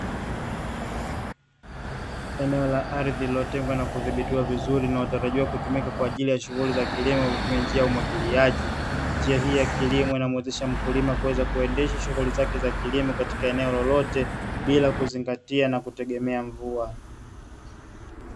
Eneo la ardhi lililotengwa na kudhibitiwa vizuri, linalotarajiwa kutumika kwa ajili ya shughuli za kilimo kwa kutumia njia ya umwagiliaji. Njia hii ya kilimo inamuwezesha mkulima kuweza kuendesha shughuli zake za kilimo katika eneo lolote bila kuzingatia na kutegemea mvua.